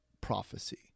prophecy